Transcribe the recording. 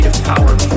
power